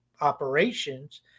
operations